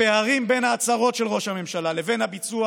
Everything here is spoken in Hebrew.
הפערים בין ההצהרות של ראש הממשלה לבין הביצוע